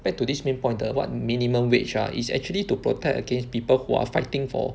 back to this main point the what minimum wage ah is actually to protect against people who are fighting for